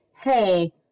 hey